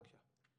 בבקשה.